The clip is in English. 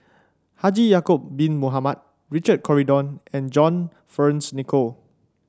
Haji Yaacob Bin Mohamed Richard Corridon and John Fearns Nicoll